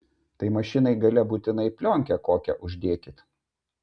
tai mašinai gale būtinai plionkę kokią uždėkit